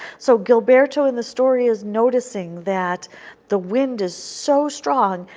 so gilberto in the story is noticing that the wind is so strong,